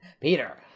Peter